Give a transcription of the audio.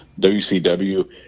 WCW